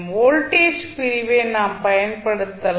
voltage பிரிவை நாம் பயன்படுத்தலாம்